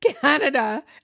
canada